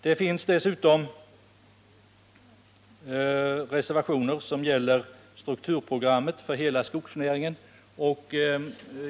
Det har dessutom avgivits en reservation som gäller strukturprogrammet för hela skogsnäringen.